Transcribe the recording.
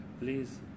Please